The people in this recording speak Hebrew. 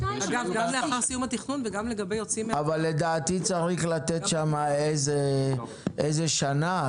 אבל לדעתי צריך לתת שם איזה שנה,